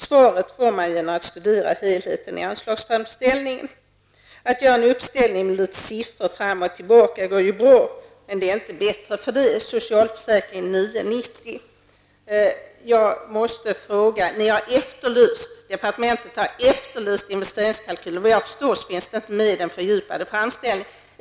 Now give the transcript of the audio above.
Svaret får man genom att studera helheten i anslagsframställningen. Att göra en uppställning med litet siffror fram och tillbaka går ju bra, men det blir inte bättre för det. Jag måste fråga en sak. Departementet har efterlyst en investeringskalkyl, men såvitt jag förstår finns det inte med någon sådan i den fördjupade framställningen.